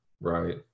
right